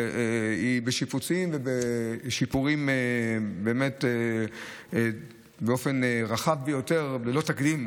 והיא בשיפוצים ובשיפורים באמת באופן רחב ביותר ללא תקדים,